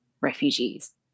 refugees